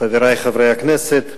חברי חברי הכנסת,